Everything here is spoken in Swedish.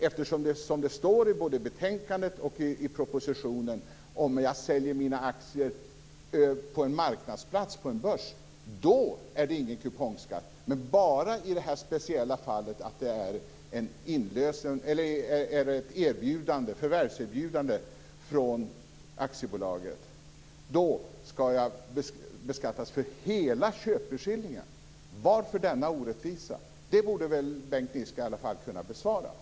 Det står ju i både betänkandet och propositionen att om jag säljer mina aktier på en marknadsplats, på en börs, då är det ingen kupongskatt. Det är bara fråga om det här speciella fallet, att det är ett förvärvsinbjudande från aktiebolaget. Då ska jag beskattas för hela köpeskillingen. Varför denna orättvisa? Det borde väl Bengt Niska i alla fall kunna svara på?